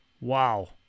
wow